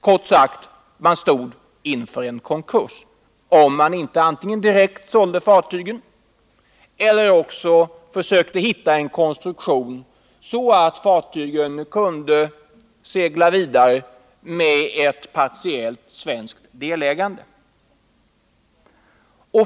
Kort sagt, man stod inför konkurs, om man inte direkt sålde fartygen eller fann en konstruktion som gjorde att fartygen kunde segla vidare med visst svenskt delägande.